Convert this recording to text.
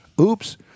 Oops